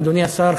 אדוני השר,